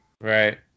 right